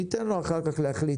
ניתן לו אחר כך להחליט.